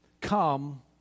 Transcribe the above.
come